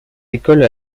école